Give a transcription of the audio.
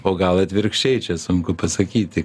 o gal atvirkščiai čia sunku pasakyti